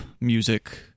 music